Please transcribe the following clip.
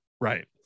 right